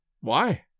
Why